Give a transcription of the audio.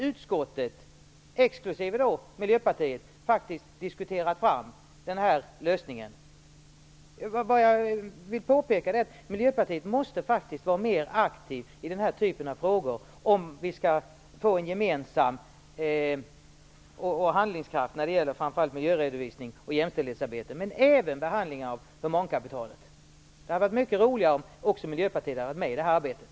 Utskottet, exklusive Miljöpartiet, har diskuterat fram den här lösningen. Jag vill påpeka att Miljöpartiet faktiskt måste vara mera aktivt i den här typen av frågor om vi skall få en gemensam linje och bli handlingskraftiga när det framför allt gäller miljöredovisning och jämställdhetsarbete men även behandlingen av humankapitalet. Det hade varit mycket roligare om även Miljöpartiet hade varit med i det här arbetet.